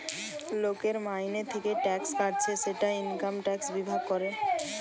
লোকের মাইনে থিকে ট্যাক্স কাটছে সেটা ইনকাম ট্যাক্স বিভাগ করে